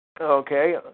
Okay